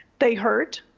they hurt,